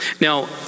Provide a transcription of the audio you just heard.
Now